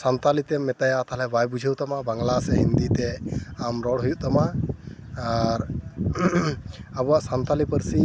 ᱥᱟᱱᱛᱟᱞᱤᱛᱮᱢ ᱢᱮᱛᱟᱭᱟ ᱛᱟᱦᱚᱞᱮ ᱵᱟᱭ ᱵᱩᱡᱷᱟᱹᱣ ᱛᱟᱢᱟ ᱵᱟᱝᱞᱟ ᱥᱮ ᱦᱤᱱᱫᱤ ᱛᱮ ᱟᱢ ᱨᱚᱲ ᱦᱩᱭᱩᱜ ᱛᱟᱢᱟ ᱟᱨ ᱟᱵᱚᱣᱟᱜ ᱥᱟᱱᱛᱟᱞᱤ ᱯᱟᱹᱨᱥᱤ